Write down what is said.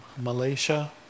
Malaysia